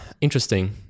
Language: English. interesting